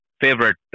favorite